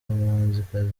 umuhanzikazi